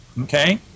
Okay